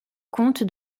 compte